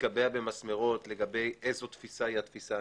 להתקבע במסמרות לגבי איזו תפיסה היא הנכונה.